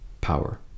power